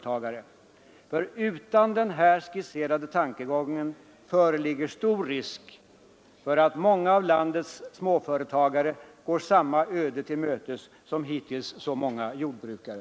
Utan åtgärder i enlighet med den här skisserade tankegången föreligger nämligen stor risk för att många av landets småföretagare går samma öde till mötes som hittills så många jordbrukare.